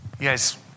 Yes